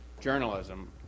journalism